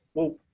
well,